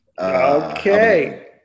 Okay